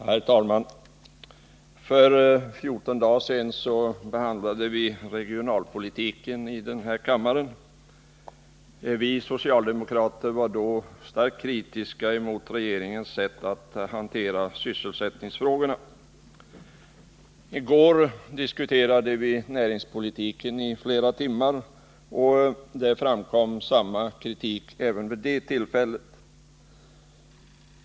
Herr talman! För 14 dagar sedan behandlade vi regionalpolitiken i denna Torsdagen den kammare. Vi socialdemokrater var då starkt kritiska mot regeringens sätt att = 5 juni 1980 hantera sysselsättningsfrågorna. I går diskuterade vi näringspolitiken i flera timmar, och även vid det tillfället ftramkom samma kritik.